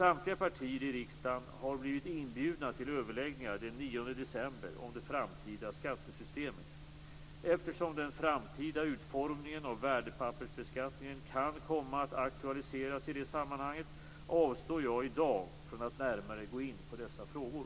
Samtliga partier i riksdagen har blivit inbjudna till överläggningar den 9 december om det framtida skattesystemet. Eftersom den framtida utformningen av värdepappersbeskattningen kan komma att aktualiseras i det sammanhanget avstår jag i dag från att närmare gå in på dessa frågor.